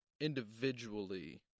individually